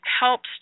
helps